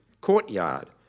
courtyard